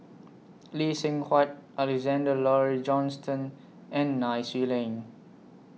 Lee Seng Huat Alexander Laurie Johnston and Nai Swee Leng